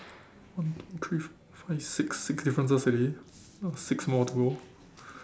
one two three four five six six differences already six more to go